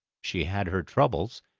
she had her troubles,